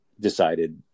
decided